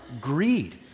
greed